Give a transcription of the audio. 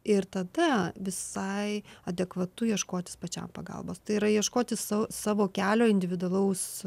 ir tada visai adekvatu ieškotis pačiam pagalbos tai yra ieškoti sau savo kelio individualaus